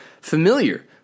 familiar